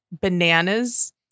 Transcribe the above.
bananas